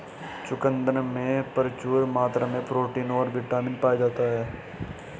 चुकंदर में प्रचूर मात्रा में प्रोटीन और बिटामिन पाया जाता ही